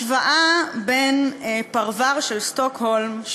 השוואה בין פרבר של שטוקהולם,